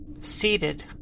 seated